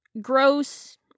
gross